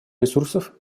ресурсов